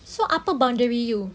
so upper boundary you